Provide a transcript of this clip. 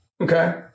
okay